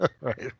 right